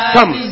Come